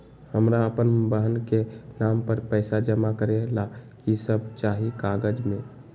हमरा अपन बहन के नाम पर पैसा जमा करे ला कि सब चाहि कागज मे?